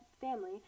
family